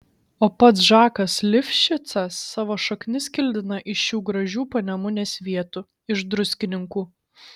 o pats žakas lifšicas savo šaknis kildina iš šių gražių panemunės vietų iš druskininkų